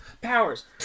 Powers